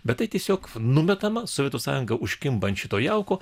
bet tai tiesiog numetama sovietų sąjunga užkimba ant šito jauko